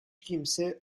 kimse